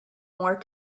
more